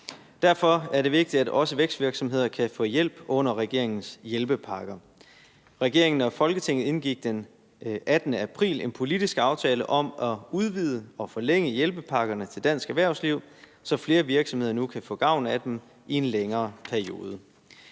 Derfor er det vigtigt, at også vækstvirksomheder kan få hjælp under regeringens hjælpepakker. Regeringen og Folketinget indgik den 18. april en politisk aftale om at udvide og forlænge hjælpepakkerne til dansk erhvervsliv, så flere virksomheder nu kan få gavn af dem i en længere periode.